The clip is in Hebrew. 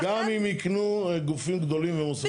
ולכן --- גם אם יקנו גופים גדולים ומוסדיים.